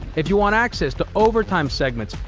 if you want access to overtime segments,